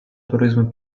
туризму